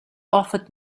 offered